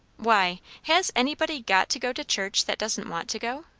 why, has anybody got to go to church that doesn't want to go?